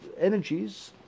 energies